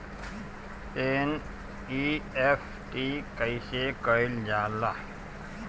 NEFT कइसे कइल जाला?